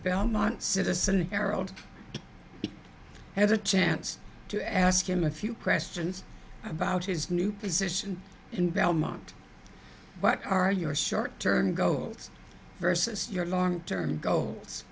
belmont citizen harold had a chance to ask him a few questions about his new position in belmont what are your short term goals versus your long term goals